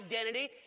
identity